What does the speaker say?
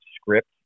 script